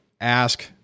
ask